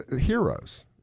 heroes